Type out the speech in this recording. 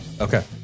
Okay